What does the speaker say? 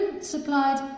supplied